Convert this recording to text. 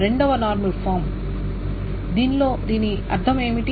2 వ normal form దీని అర్థం ఏమిటి